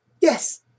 Yes